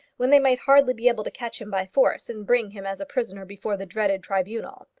when they might hardly be able to catch him by force and bring him as a prisoner before the dreaded tribunal.